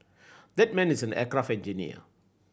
that man is an aircraft engineer